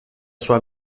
sua